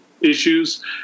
issues